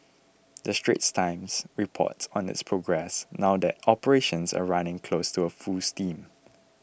the Straits Times reports on its progress now that operations are running close to full steam